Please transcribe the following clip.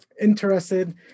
interested